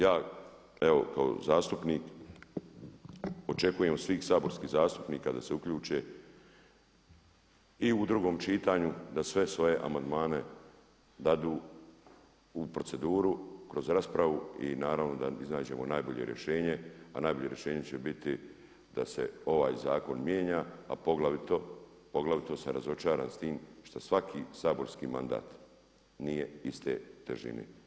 Ja evo kao zastupnik očekujem od svih saborskih zastupnika da se uključe i u drugom čitanju da sve svoje amandmane daju u proceduru kroz raspravu i naravno da iznađemo najbolje rješenje, a najbolje rješenje će biti da se ovaj zakon mijenja a poglavito sam razočaran s tim što svaki saborski mandat nije iste težine.